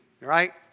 right